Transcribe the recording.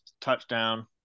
touchdown